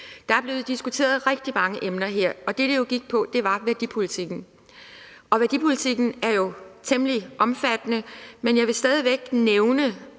Der er blevet diskuteret rigtig mange emner, og det, det jo gik på her, var værdipolitikken. Værdipolitikken er jo temmelig omfattende, men jeg vil altså stadig væk nævne,